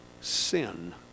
sin